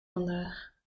vandaag